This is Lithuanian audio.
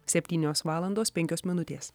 septynios valandos penkios minutės